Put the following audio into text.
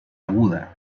aguda